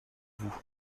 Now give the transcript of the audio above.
vous